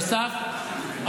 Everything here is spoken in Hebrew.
בנוסף,